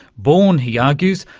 born, he argues,